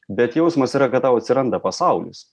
bet jausmas yra kad tau atsiranda pasaulis